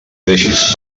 deixes